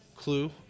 clue